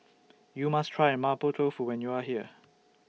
YOU must Try Mapo Tofu when YOU Are here